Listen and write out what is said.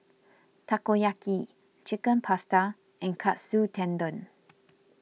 Takoyaki Chicken Pasta and Katsu Tendon